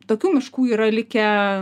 tokių miškų yra likę